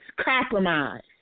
compromise